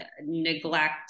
neglect